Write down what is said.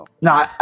no